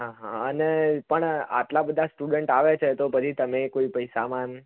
અને પણ આટલા બધા સ્ટુડન્ટ આવે છે તો પછી તમે કોઈ પૈસામાં